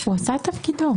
הוא עשה את תפקידו.